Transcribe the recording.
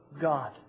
God